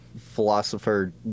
philosopher